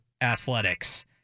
athletics